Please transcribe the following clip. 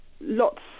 lots